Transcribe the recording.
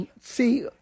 see